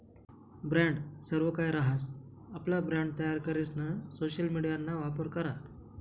brand सर्वकाहि रहास, आपला ब्रँड तयार करीसन सोशल मिडियाना वापर करा